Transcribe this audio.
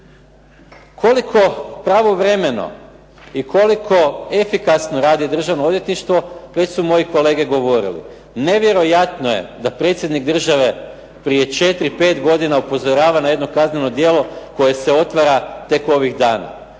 Koliko pravovremeno i koliko efikasno radi Državno odvjetništvo već su moji kolege govorili. Nevjerojatno je da predsjednik države prije 4, 5 godina upozorava na jedno kazneno djelo koje se otvara tek ovih dana.